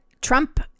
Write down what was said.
Trump